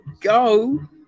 go